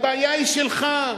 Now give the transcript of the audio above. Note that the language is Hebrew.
והבעיה היא שלך.